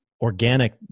organic